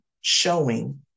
showing